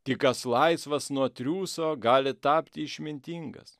tik kas laisvas nuo triūso gali tapti išmintingas